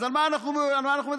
על מה אנחנו מדברים?